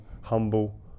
Humble